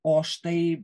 o štai